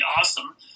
awesome